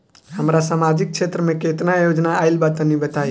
हमरा समाजिक क्षेत्र में केतना योजना आइल बा तनि बताईं?